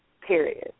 period